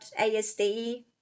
ASD